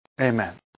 Amen